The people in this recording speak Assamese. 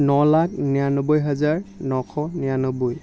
ন লাখ নিৰান্নব্বৈ হাজাৰ নশ নিৰান্নব্বৈ